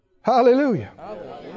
Hallelujah